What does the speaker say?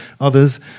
others